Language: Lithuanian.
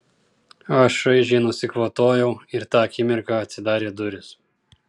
aš šaižiai nusikvatojau ir tą akimirką atsidarė durys